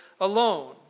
alone